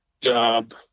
job